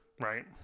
Right